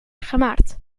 gemaakt